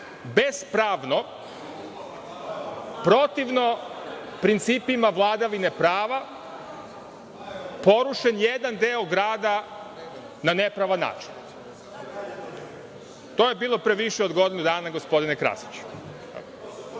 bespravno, protivno principima vladavine prava porušen jedan deo grada na nepravan način. To je bilo pre više od godinu dana, gospodine Krasiću.